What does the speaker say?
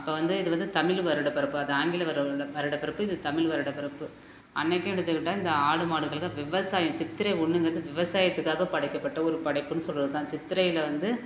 அப்போ வந்து இது வந்து தமிழ் வருட பிறப்பு அது ஆங்கில வருட வருடப் பிறப்பு இது தமிழ் வருடப் பிறப்பு அன்றைக்கும் எடுத்துக்கிட்டால் இந்த ஆடு மாடுகளுக்கு விவசாயம் சித்திரை ஒன்றுங்கறது விவசாயத்துக்காக படைக்கப்பட்ட ஒரு படைப்புனு சொல்றது தான் சித்திரையில் வந்து